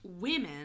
women